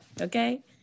Okay